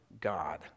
God